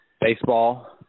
Baseball